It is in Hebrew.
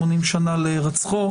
80 שנה להירצחו.